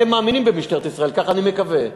אתם מאמינים במשטרת ישראל, ככה אני מקווה.